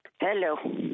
Hello